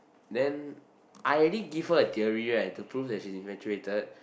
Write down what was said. then I already give her a theory right to prove that she's infatuated